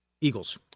Eagles